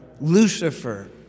Lucifer